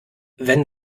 wenn